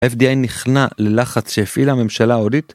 הFDA נכנע ללחץ שהפעילה הממשלה ההודית